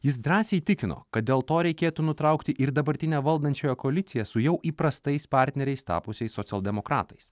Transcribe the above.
jis drąsiai tikino kad dėl to reikėtų nutraukti ir dabartinę valdančiąją koaliciją su jau įprastais partneriais tapusiais socialdemokratais